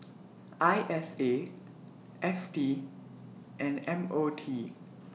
I S A F T and M O T